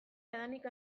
jadanik